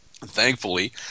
Thankfully